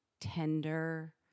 tender